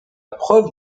preuve